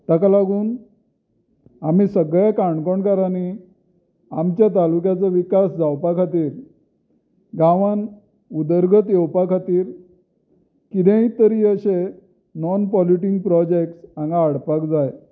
ताका लागून आमी सगळे काणकोणकारांनी आमच्या तालुक्याचो विकास जावपा खातीर गांवांत उदरगत येवपा खातीर कितेंय तरी अशें नॉन पॉलिटींग प्रॉजेक्ट हांगा हाडपाक जाय